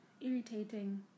irritating